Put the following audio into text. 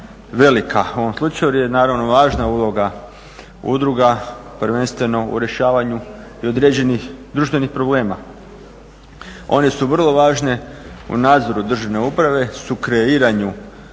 u ovom slučaju jer je naravno važna uloga udruga prvenstveno u rješavanju i određenih društvenih problema. One su vrlo važne u nadzoru državne uprave, sukreiranju javnih